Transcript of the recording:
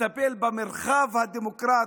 לטפל במרחב הדמוקרטי,